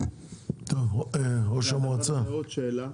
--- עוד שאלה: